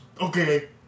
Okay